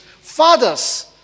fathers